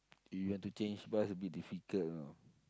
if you want to change bus a bit difficult know